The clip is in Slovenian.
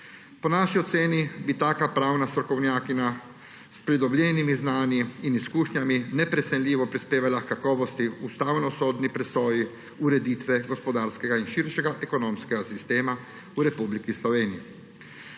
Po naši oceni bi taka pravna strokovnjakinja s pridobljenimi znanji in izkušnjami neprecenljivo prispevala h kakovosti ustavnosodne presoje ureditve gospodarskega in širšega ekonomskega sistema v Republiki Sloveniji.